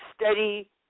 Steady